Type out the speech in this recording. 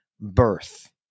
birth